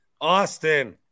Austin